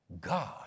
God